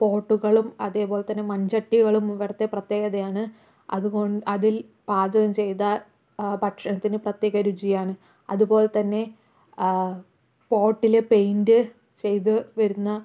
പോട്ടുകളും അതേപോല്ലെത്തന്നെ മണ്ചട്ടികളും ഇവിടത്തെ പ്രത്യേകതയാണ് അതുകൊണ്ട് അതില് പാചകം ചെയ്ത ഭക്ഷണത്തിന് പ്രത്യേക രുചിയാണ് അതുപോലെ തന്നെ പോട്ടിൽ പെയിന്റ് ചെയ്ത് വരുന്ന